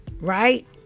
right